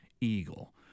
Eagle